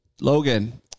Logan